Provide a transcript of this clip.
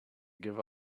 give